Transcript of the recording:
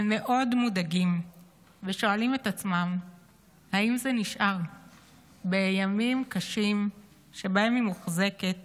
הם מאוד מודאגים ושואלים את עצמם אם זה נשאר בימים קשים שבהם היא מוחזקת